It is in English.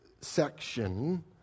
section